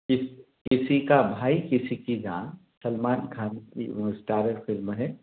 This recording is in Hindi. किस किसी का भाई किसी की जान सलमान ख़ान की स्टारर फ़िल्म है